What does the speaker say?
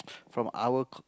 from our co~